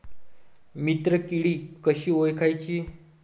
मित्र किडी कशी ओळखाची?